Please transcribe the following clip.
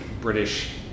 British